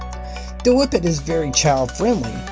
the whippet is very child-friendly.